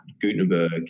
Gutenberg